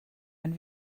wenn